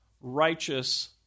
righteous